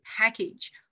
package